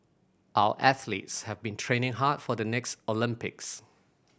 our athletes have been training hard for the next Olympics